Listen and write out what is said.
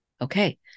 Okay